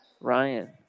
Ryan